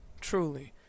Truly